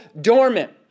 dormant